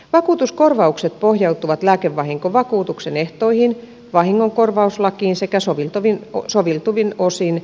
vakuutuskorvaukset pohjautuvat lääkevahinkovakuutuksen ehtoihin vahingonkorvauslakiin sekä soveltuvin sovittaviin osiin